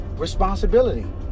Responsibility